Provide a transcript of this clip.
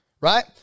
right